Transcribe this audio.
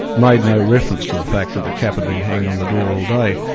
made no reference to the fact that the cap had been hanging on the door all day.